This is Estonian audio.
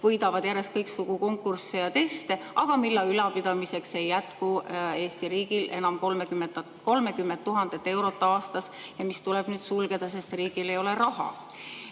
võidavad järjest kõiksugu konkursse ja teste, aga mille ülalpidamiseks ei jätku Eesti riigil enam 30 000 eurot aastas ja mis tuleb nüüd sulgeda, sest riigil ei ole raha.